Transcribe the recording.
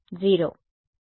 0